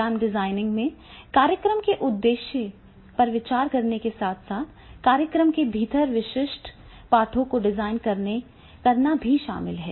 programme designing में कार्यक्रम के उद्देश्य पर विचार करने के साथ साथ कार्यक्रम के भीतर विशिष्ट पाठों को डिजाइन करना भी शामिल है